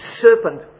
serpent